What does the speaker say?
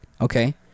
okay